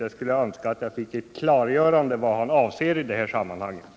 Jag skulle önska ett klargörande av vad han avser.